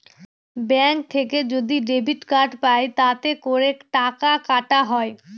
bank থেকে যদি debit card পাই তাতে করে টাকা কাটা হয়